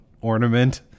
ornament